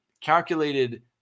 calculated